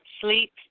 Sleep